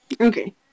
okay